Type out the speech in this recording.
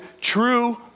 true